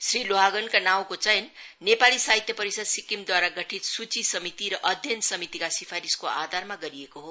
श्री लोहागणका नाउँको चयन नेपाली साहित्य परिषद् सिक्किमद्वारा गठित सूची समिति र अध्ययन समितिका सिफारिशको आधारणा गरिएको हो